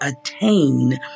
attain